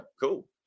cool